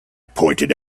pointed